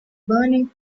burning